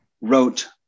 wrote